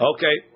Okay